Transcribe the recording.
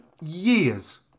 years